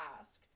asked